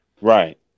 Right